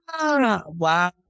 Wow